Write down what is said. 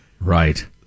right